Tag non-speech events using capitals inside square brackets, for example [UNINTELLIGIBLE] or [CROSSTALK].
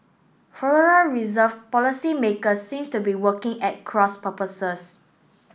[UNINTELLIGIBLE] Reserve policymakers seems to be working at cross purposes